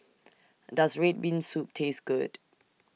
Does Red Bean Soup Taste Good